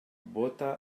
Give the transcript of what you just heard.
bota